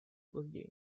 později